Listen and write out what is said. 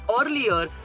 earlier